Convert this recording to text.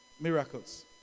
miracles